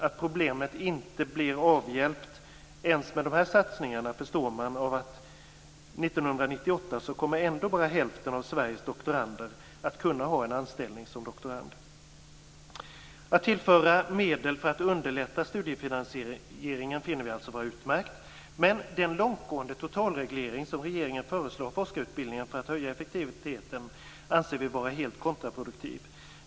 Att problemet inte blir avhjälpt ens med de här satsningarna förstår man dessutom av att 1998 ändå bara hälften av Sveriges doktorander kommer att kunna ha en anställning som doktorand. Att tillföra medel för att underlätta studiefinansieringen finner vi alltså vara utmärkt, men den långtgående totalreglering som regeringen föreslår av forskarutbildningen för att höja effektiviteten anser vi vara helt kontraproduktiv.